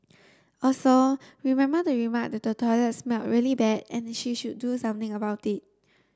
also remember to remark that the toilet smelled really bad and that she should do something about it